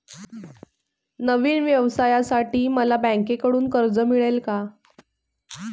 नवीन व्यवसायासाठी मला बँकेकडून कर्ज मिळेल का?